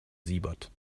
siebert